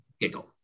giggle